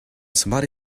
somebody